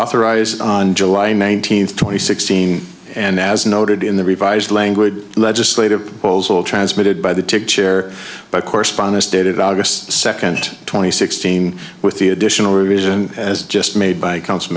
authorize on july nineteenth twenty sixteen and as noted in the revised language legislative proposal transmitted by the tick chair by correspondence dated august second twenty sixteen with the additional reason as just made by council